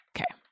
Okay